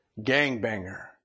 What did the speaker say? gangbanger